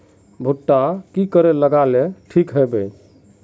भुट्टा की करे लगा ले ठिक है बय?